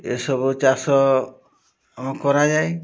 ଏସବୁ ଚାଷ କରାଯାଏ